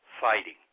fighting